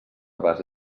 base